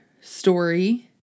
story